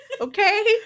Okay